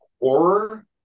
horror